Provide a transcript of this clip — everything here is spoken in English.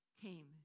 came